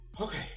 Okay